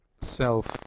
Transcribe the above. self